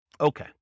Okay